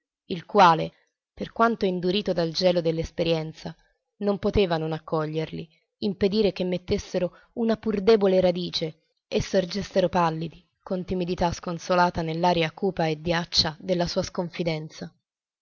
il quale per quanto indurito dal gelo dell'esperienza non poteva non accoglierli impedire che mettessero una pur debole radice e sorgessero pallidi con timidità sconsolata nell'aria cupa e diaccia della sua sconfidenza